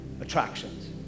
attractions